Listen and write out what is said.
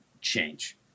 change